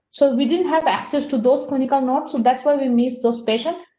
so, we didn't have access to those clinical not so that's why we missed those patient,